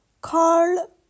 Carl